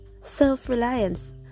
self-reliance